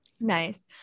Nice